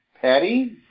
Patty